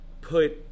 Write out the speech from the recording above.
put